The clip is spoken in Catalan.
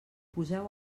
poseu